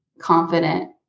confident